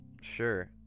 Sure